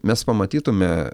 mes pamatytume